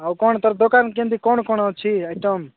ଆଉ କ'ଣ ତର ଦୋକାନ କେମିତି କ'ଣ କ'ଣ ଅଛି ଆଇଟମ୍